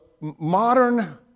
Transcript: modern